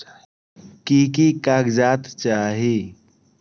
की की कागज़ात चाही?